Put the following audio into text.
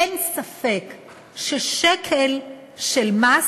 אין ספק ששקל של מס